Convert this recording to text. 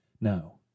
No